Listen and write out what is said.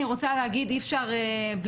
אני רוצה עוד להגיד כי אי אפשר לומר את